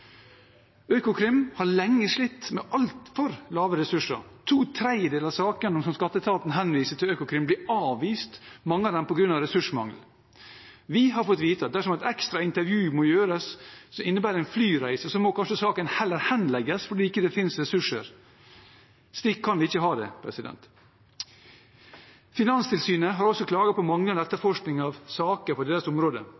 Økokrim har lenge slitt med altfor små ressurser. To tredjedeler av sakene som skatteetaten henviser til Økokrim, blir avvist, mange av dem på grunn av ressursmangel. Vi har fått vite at dersom et ekstra intervju må gjøres, som innebærer en flyreise, må saken kanskje heller henlegges fordi det ikke finnes ressurser. Slik kan vi ikke ha det. Finanstilsynet har også klaget på manglende